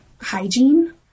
hygiene